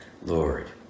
Lord